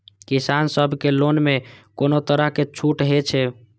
किसान सब के लोन में कोनो तरह के छूट हे छे?